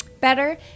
better